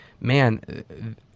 man